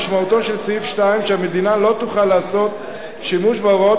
משמעותו של סעיף 2 היא שהמדינה לא תוכל לעשות שימוש בהוראות